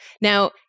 Now